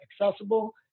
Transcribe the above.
accessible